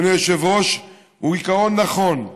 אדוני יושב-ראש, הוא עיקרון נכון,